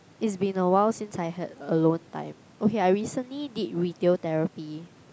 it's been a while since I had alone time okay I recently did retail therapy